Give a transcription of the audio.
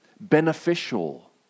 beneficial